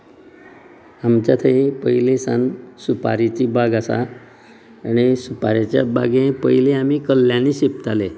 आमच्या थंय पयलीं सावन सुपारेची बाग आसा आनी सुपारेचे बागेंत पयली आमी कल्ल्यांनी शिंपताले